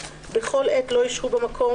(1)בכל עת לא ישהו במקום,